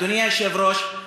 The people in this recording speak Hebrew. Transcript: אדוני היושב-ראש,